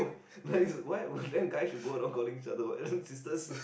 that is why why then guys should go around calling each other what sisters